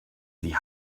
sie